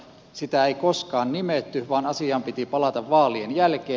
sitä ei koskaan nimetty vaan asiaan piti palata vaalien jälkeen